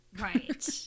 Right